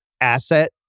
asset